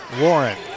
Warren